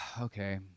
okay